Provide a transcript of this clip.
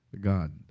God